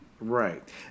right